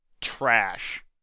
trash